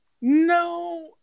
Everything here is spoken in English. No